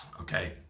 okay